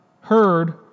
heard